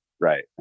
Right